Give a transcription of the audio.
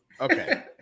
okay